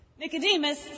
Nicodemus